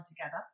together